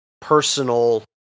personal